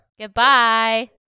Goodbye